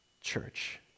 Church